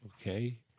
Okay